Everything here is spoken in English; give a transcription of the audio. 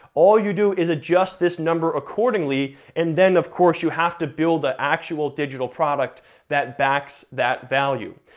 all you do is adjust this number accordingly, and then of course you have to build the actual digital product that backs that value.